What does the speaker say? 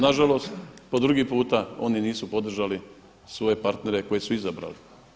Nažalost, po drugi puta oni nisu podržali svoje partnere koje su izabrali.